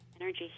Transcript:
energy